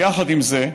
יחד עם זה,